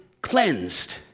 cleansed